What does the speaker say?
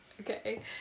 Okay